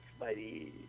Spidey